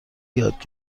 یاد